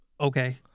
okay